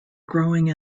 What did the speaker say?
growing